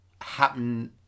Happen